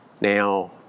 Now